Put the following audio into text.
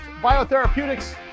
Biotherapeutics